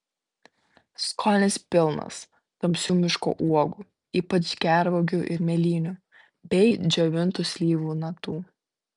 skonis pilnas tamsių miško uogų ypač gervuogių ir mėlynių bei džiovintų slyvų natų